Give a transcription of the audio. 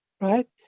right